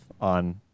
on